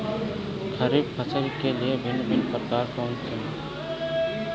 खरीब फसल के भिन भिन प्रकार कौन से हैं?